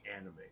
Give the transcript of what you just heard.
anime